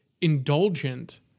indulgent